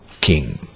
king